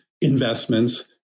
investments